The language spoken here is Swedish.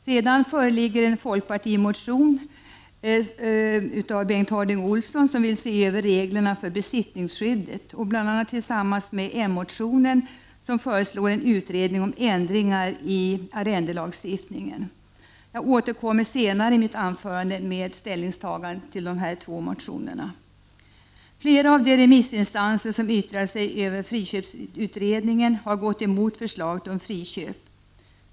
Det föreligger en folkpartimotion av Bengt Harding Olson, där det bl.a. föreslås en översyn av reglerna för besittningsskyddet, och tillsammans med m-motionen föreslås vidare en utredning om ändringar i arrendelagstiftningen. Jag återkommer senare i mitt anförande med ställningstagande till dessa två motioner. Flera av de remissinstanser som yttrade sig över friköpsutredningen har gått emot förslaget om friköp.